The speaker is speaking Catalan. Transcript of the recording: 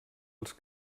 als